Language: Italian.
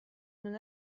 non